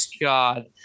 god